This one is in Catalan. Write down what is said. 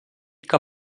que